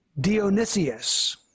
Dionysius